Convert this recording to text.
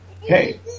hey